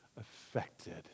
affected